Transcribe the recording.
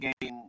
game